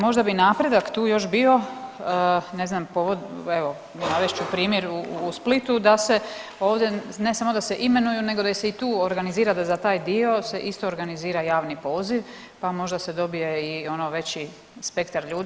Možda bi napredak tu još bio, ne znam, evo navest ću primjer u Splitu da se, ovdje ne samo da se imenuju nego da se i tu organizira da za taj dio se isto organizira javni poziv, pa možda se dobije i ono veći spektar ljudi.